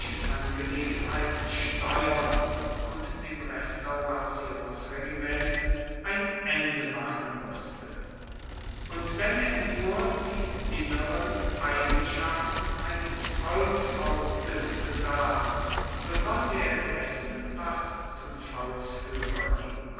angelegenheiten steuern und dem restaurationsregiment ein ende machen mußte und wenn er nur die inneren eigenschaften eines volkshauptes besaß so konnte er dessen was zum volksführer ihm